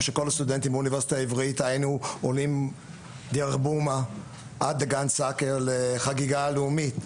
שכל הסטודנטים באונ' העברית היינו עולים דרך בורמה לחגיגה לאומית,